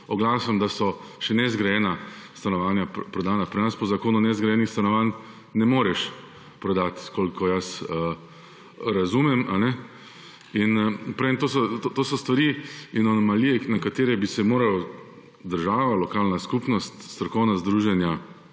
oglasom, da so še nezgrajena stanovanja prodana. Pri nas po zakonu nezgrajenih stanovanj ne moreš prodati, kolikor jaz razumem. To so stvari in anomalije, na katere bi se morali država, lokalna skupnost, strokovna združenja